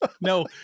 No